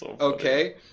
Okay